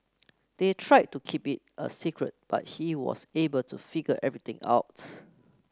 they tried to keep it a secret but he was able to figure everything out